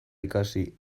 ikasi